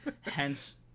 Hence